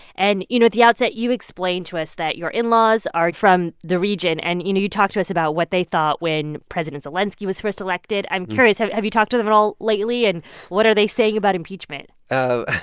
and, you know, at the outset, you explain to us that your in-laws are from the region. and, you know, you talked to us about what they thought when president zelenskiy was first elected. i'm curious. have have you talked to them at all lately? and what are they saying about impeachment? ah